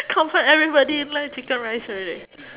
comfort everybody like chicken rice already